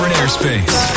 airspace